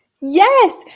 Yes